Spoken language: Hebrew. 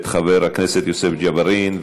את חבר הכנסת יוסף ג'בארין,